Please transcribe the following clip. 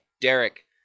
Derek